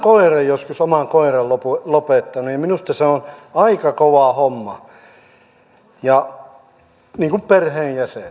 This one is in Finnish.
minä olen oman koiran joskus lopettanut ja minusta se on aika kova homma se on niin kuin perheenjäsen